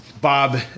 Bob